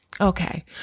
Okay